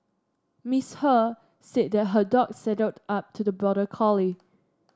Miss He said that her dog sidled up to the border collie